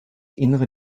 innere